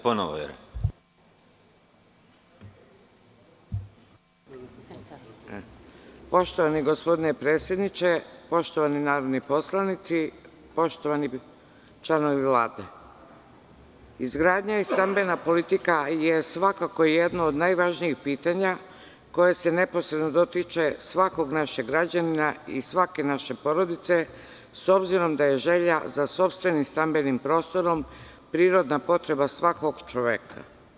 Poštovani gospodine predsedniče, poštovani narodni poslanici, poštovani članovi Vlade, izgradnja i stambena politika je svakako jedno od najvažnijih pitanja koje se neposredno dotiče svakog našeg građanina i svake naše porodice, s obzirom da je želja za sopstvenim stambenim prostorom prirodna potreba svakog čoveka.